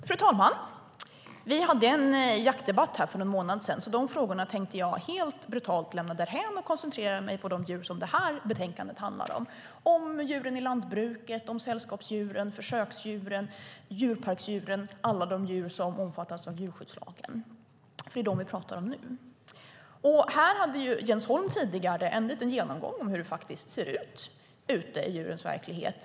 Fru talman! Vi hade en jaktdebatt för någon månad sedan, så de frågorna tänkte jag helt brutalt lämna därhän och i stället koncentrera mig på de djur som det här betänkandet handlar om - djuren i lantbruket, sällskapsdjuren, försöksdjuren, djurparksdjuren, alla de djur som omfattas av djurskyddslagen. Det är dem vi nu talar om. Jens Holm hade en liten genomgång av hur det faktiskt ser ut i djurens verklighet.